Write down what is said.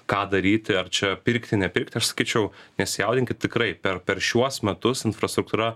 ką daryti ar čia pirkti nepirkti aš sakyčiau nesijaudinkit tikrai per per šiuos metus infrastruktūra